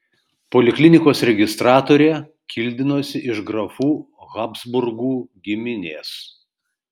poliklinikos registratorė kildinosi iš grafų habsburgų giminės